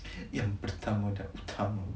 yang pertama dan utama